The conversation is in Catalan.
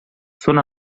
són